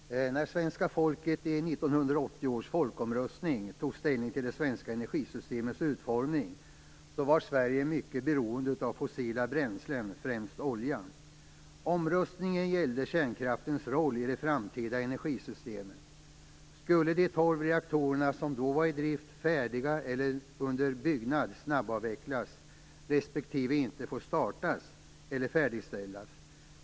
Fru talman! När svenska folket i 1980 års folkomröstning tog ställning till det svenska energisystemets utformning var Sverige mycket beroende av fossila bränslen, främst olja. Omröstningen gällde kärnkraftens roll i det framtida energisystemet. Skulle de tolv reaktorer som då var i drift, färdiga eller under byggnad snabbavvecklas, respektive inte få startas eller färdigställas?